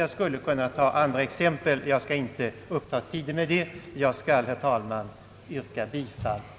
Jag skulle kunna ta andra exempel men vill inte uppta tiden med detta.